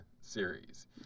series